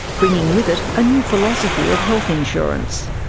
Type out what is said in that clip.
bringing with it a new philosophy of health insurance.